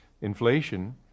inflation